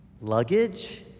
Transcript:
luggage